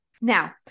Now